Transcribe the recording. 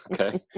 Okay